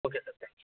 okay sir thank you